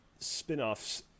spinoffs